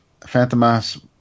Phantomas